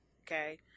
okay